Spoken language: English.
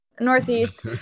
northeast